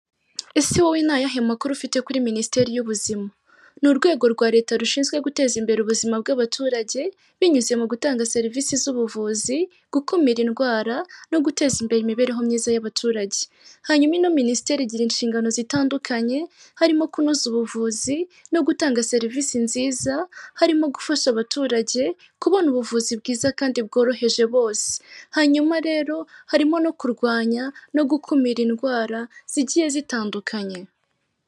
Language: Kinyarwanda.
Ese wowe ni ayahe makuru ufite kuri minisiteri y'ubuzima? Ni urwego rwa leta rushinzwe guteza imbere ubuzima bw'abaturage binyuze mu gutanga serivise z'ubuvuzi, gukumira indwara no guteza imbere imibereho myiza y'abaturage, hanyuma minisiteri igira inshingano zitandukanye, harimo; kunoza ubuvuzi no gutanga serivise nziza, harimo gufasha abaturage kubona ubuvuzi bwiza kandi bworoheje bose, hanyuma rero harimo no kurwanya no gukumira indwara zigiye zitandukanye.